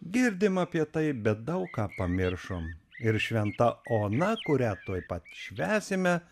girdim apie tai bet daug ką pamiršom ir šventa ona kurią tuoj pat švęsime